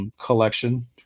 collection